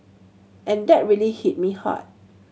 and that really hit me hard